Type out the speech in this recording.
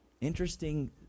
Interesting